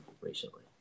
recently